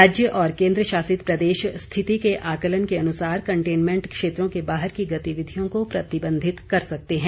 राज्य और केंद्रशासित प्रदेश स्थिति के आकलन के अनुसार कंटेनमेंट क्षेत्रों के बाहर की गतिविधियों को प्रतिबंधित कर सकते हैं